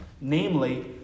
namely